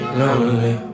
lonely